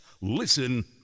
Listen